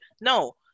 No